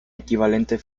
equivalente